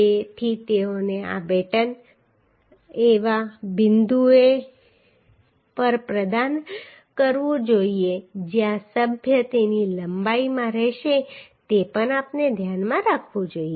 તેથી તેઓને આ બેટન એવા બિંદુઓ પર પ્રદાન કરવું જોઈએ જ્યાં સભ્ય તેની લંબાઈમાં રહે છે તે પણ આપણે ધ્યાનમાં રાખવું જોઈએ